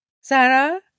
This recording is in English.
Sarah